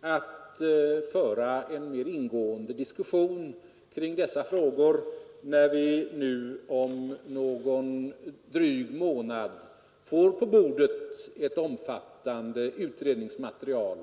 att föra en mera ingående diskussion kring dessa frågor, när vi om någon dryg månad får på bordet ett omfattande utredningsmaterial.